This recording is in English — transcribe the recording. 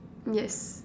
yes